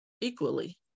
equally